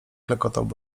klekotał